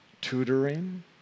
tutoring